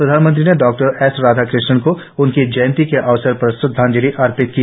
प्रधानमंत्री ने doctor S Radhakrishnan को उनकी जयंती के अवसर पर श्रद्वांजलि भी अर्पित की